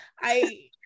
I-